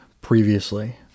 previously